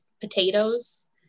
potatoes